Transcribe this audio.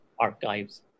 archives